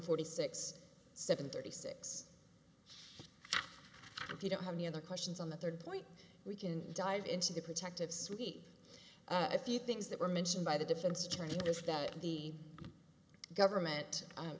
forty six seven thirty six if you don't have any other questions on the third point we can dive into the protective suite a few things that were mentioned by the defense attorney just that the government